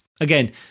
Again